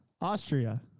Austria